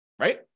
Right